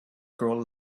grow